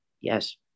Yes